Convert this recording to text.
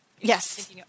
yes